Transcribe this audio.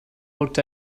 looked